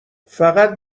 فقط